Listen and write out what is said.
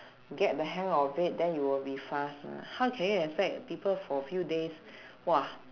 get the hang of it then you will be fast mah how can you expect people for few days !wah!